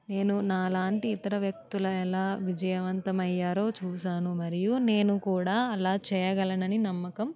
నేను నాలాంటి ఇతర వ్యక్తుల ఏలా విజయవంతం అయ్యారో చూశాను మరియు నేను కూడా అలా చేయగలనని నమ్మకం